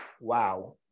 Wow